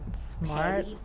Smart